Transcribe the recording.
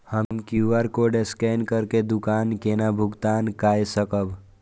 हम QR code scan करके दुकान केना भुगतान काय सकब?